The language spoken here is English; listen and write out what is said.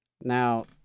Now